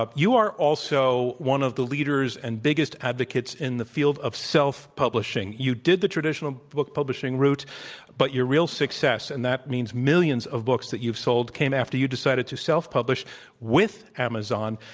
ah you are also one of the leaders and biggest advocates in the field of self publishing. you did the traditional book publishing route but your real success, and that means millions of books that you've sold, came after you decided to self publish with amazon.